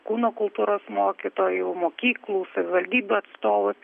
kūno kultūros mokytojų mokyklų savivaldybių atstovus